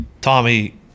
Tommy